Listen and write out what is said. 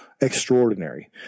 extraordinary